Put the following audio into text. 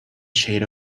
shade